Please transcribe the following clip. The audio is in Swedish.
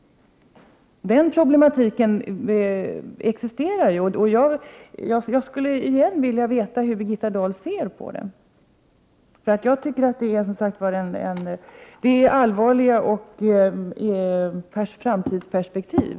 Den problematiken existerar ju. Jag skulle återigen vilja fråga hur Birgitta Dahl ser på den saken. Detta är allvarliga framtidsperspektiv.